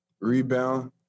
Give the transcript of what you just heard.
Rebound